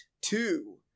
two